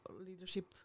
leadership